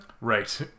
Right